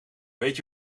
weet